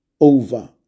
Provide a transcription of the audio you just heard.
over